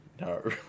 No